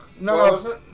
No